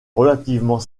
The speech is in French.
relativement